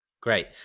Great